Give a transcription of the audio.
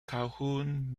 calhoun